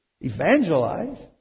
evangelize